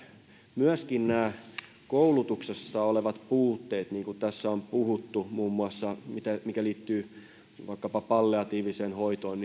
myöskin koulutuksessa olevat puutteet niin kuin tässä on puhuttu muun muassa siitä mikä liittyy vaikkapa palliatiiviseen hoitoon